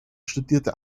studierte